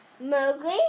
Mowgli